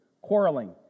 quarreling